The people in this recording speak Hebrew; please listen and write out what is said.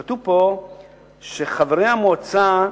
כתוב פה שחברי המועצה,